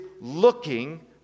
looking